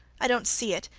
i don't see it.